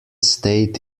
stayed